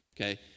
Okay